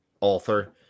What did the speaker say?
author